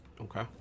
Okay